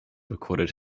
recorded